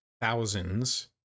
thousands